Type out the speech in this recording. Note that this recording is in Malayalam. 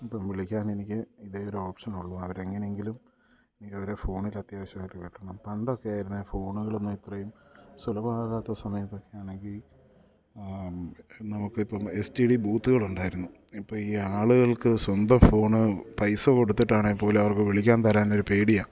ഇപ്പോൾ വിളിക്കാൻ എനിക്ക് ഇതേ ഒരു ഓപ്ഷനുള്ളു അവരെ എങ്ങനെയെങ്കിലും എനിക്ക് അവരെ ഫോണിൽ അത്യാവശ്യമായിട്ട് കിട്ടണം പണ്ടൊക്കെ ആയിരുന്നെങ്കിൽ ഫോണുകളൊന്നും ഇത്രയും സുലഭമാകാത്ത സമയത്തൊക്കെ ആണെങ്കിൽ നമുക്കിപ്പം എസ് ടി ഡി ബൂത്തുകളുണ്ടായിരുന്നു ഇപ്പോൾ ഈ ആളുകൾക്ക് സ്വന്തം ഫോണ് പൈസ കൊടുത്തിട്ടാണെങ്കിൽപ്പോലും അവർക്ക് വിളിക്കാൻ തരാൻ ഒരു പേടിയാണ്